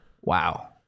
Wow